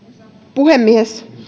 puhemies